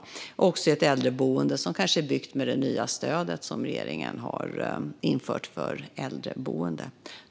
Det kanske också är ett äldreboende som är byggt med det nya stödet som regeringen har infört för äldreboende.